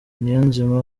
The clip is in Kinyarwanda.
niyonzima